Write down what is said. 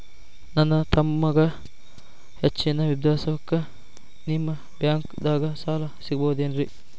ನನ್ನ ತಮ್ಮಗ ಹೆಚ್ಚಿನ ವಿದ್ಯಾಭ್ಯಾಸಕ್ಕ ನಿಮ್ಮ ಬ್ಯಾಂಕ್ ದಾಗ ಸಾಲ ಸಿಗಬಹುದೇನ್ರಿ?